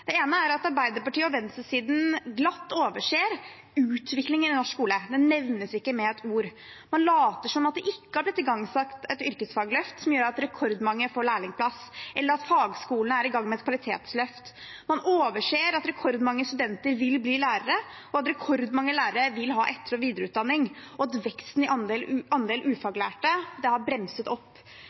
Det ene er at Arbeiderpartiet og venstresiden glatt overser utviklingen i norsk skole. Det nevnes ikke med ett ord. Man later som om det ikke har blitt igangsatt et yrkesfagløft som gjør at rekordmange får lærlingplass, eller at fagskolene er i gang med et kvalitetsløft. Man overser at rekordmange studenter vil bli lærere, at rekordmange lærere vil ha etter- og videreutdanning, og at veksten i andelen ufaglærte har bremset opp.